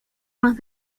más